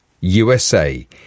USA